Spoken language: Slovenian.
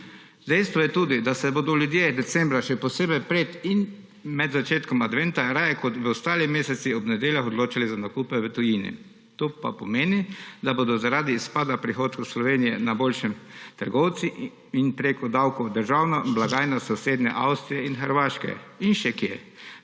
Dejstvo je tudi, da se bodo ljudje decembra, še posebej pred in med začetkom adventa, raje kot v ostalih mesecih ob nedeljah odločali za nakupe v tujini. To pa pomeni, da bodo zaradi izpada prihodkov Slovenije na boljšem trgovci in preko davkov državna blagajna sosednje Avstrije in Hrvaške. In še kje.